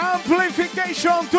Amplification